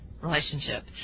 relationship